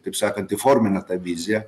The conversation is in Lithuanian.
taip sakant įformina tą viziją